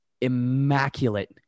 immaculate